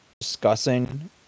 discussing